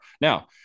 Now